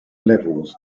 levels